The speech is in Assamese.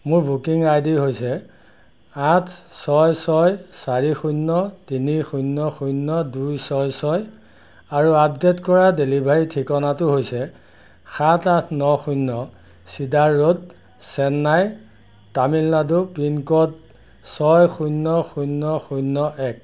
মোৰ বুকিং আই ডি হৈছে আঠ ছয় ছয় চাৰি শূন্য তিনি শূন্য শূন্য দুই ছয় ছয় আৰু আপডেট কৰা ডেলিভাৰী ঠিকনাটো হৈছে সাত আঠ ন শূন্য cedar road Chennai Tamil Nadu pin code ছয় শূন্য শূন্য শূন্য এক